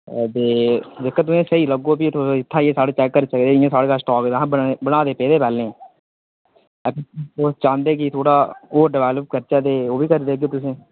ते जेह्का तुसें ई स्हेई लग्गग भी तुस इत्थै आइयै साढ़े चैक्क करी सकदे इ'यां साढ़े कश स्टाक पेदा हा असें बने बनाए दे पेदे पैह्लें दे अगर तुस चांह्दे कि थोह्ड़ा होर डवैल्प करचै ते ओह्बी करी देगे तुसें ई